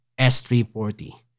S340